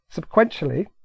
sequentially